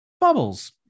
bubbles